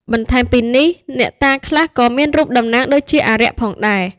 បន្ថែមពីនេះ អ្នកតាខ្លះ ក៏មានរូបតំណាងដូចជាអារក្សផងដែរ។